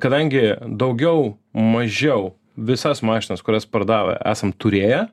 kadangi daugiau mažiau visas mašinas kurias pardavę esam turėję